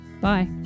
Bye